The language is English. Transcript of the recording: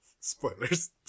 Spoilers